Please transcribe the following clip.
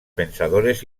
pensadores